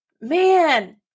man